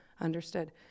Understood